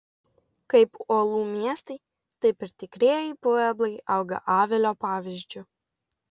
kaip uolų miestai taip ir tikrieji pueblai auga avilio pavyzdžiu